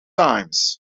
times